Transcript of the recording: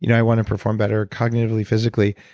you know i want to perform better cognitively, physically.